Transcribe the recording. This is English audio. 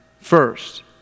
First